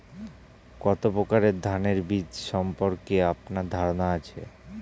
কত প্রকার ধানের বীজ সম্পর্কে আপনার ধারণা আছে?